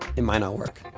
it might not work.